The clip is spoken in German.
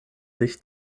sich